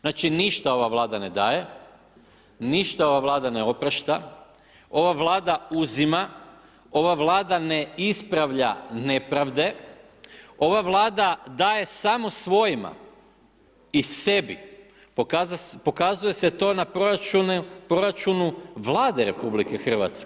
Znači ništa ova Vlada ne daje, ništa ova Vlada ne oprašta, ova Vlada uzima, ova Vlada ne ispravlja nepravde, ova Vlada daje samo svojima i sebi pokazuje se to na proračunu Vlade RH.